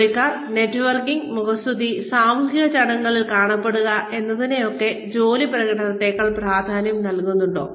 ജോലിക്കാർ നെറ്റ്വർക്കിംഗ് മുഖസ്തുതി സാമൂഹിക ചടങ്ങുകളിൽ കാണപ്പെടുക എന്നതിനൊക്ക ജോലി പ്രകടനത്തേക്കാൾ പ്രാധാന്യം നൽകുന്നുണ്ടോ